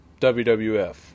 WWF